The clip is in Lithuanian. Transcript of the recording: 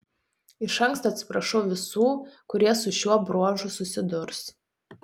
iš anksto atsiprašau visų kurie su šiuo bruožu susidurs